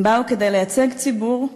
הם באו כדי לייצג ציבור,